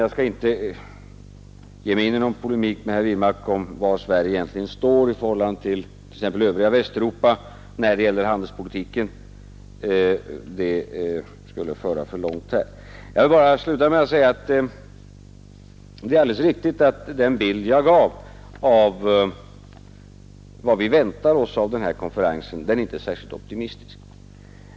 Jag skall inte ge mig in i någon polemik med herr Wirmark om var Sverige egentligen står i förhållande till exempelvis det övriga Västeuropa när det gäller handelspolitiken. Det skulle föra för långt här. Jag vill bara sluta med att säga att det är alldeles riktigt att den bild jag gav av vad vi väntar oss av denna konferens inte är särskilt optimistisk.